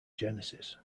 genesis